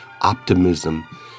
optimism